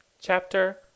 Chapter